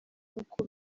nk’uko